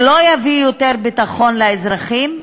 זה לא יביא יותר ביטחון לאזרחים.